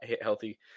healthy